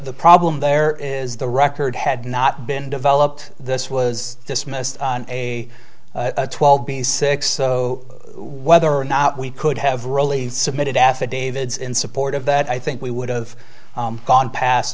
problem there is the record had not been developed this was dismissed on a twelve b six so whether or not we could have really submitted affidavits in support of that i think we would've gone past